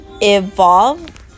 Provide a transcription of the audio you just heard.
evolve